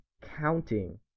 counting